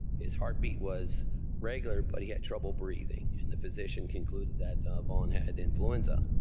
his heartbeat was regular, but he had trouble breathing and the physician concluded that vaughn had influenza.